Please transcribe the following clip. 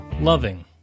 loving